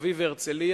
אדוני היושב-ראש,